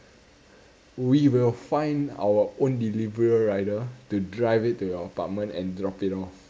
we will find our own delivery rider to drive it to your apartment and drop it off